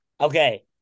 okay